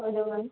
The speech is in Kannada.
ಹೌದಾ ಮ್ಯಾಮ್